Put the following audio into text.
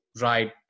right